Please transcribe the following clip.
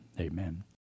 Amen